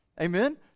Amen